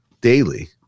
daily